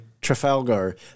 Trafalgar